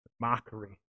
mockery